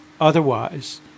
Otherwise